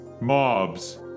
mobs